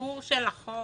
התיאור של החוק,